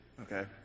Okay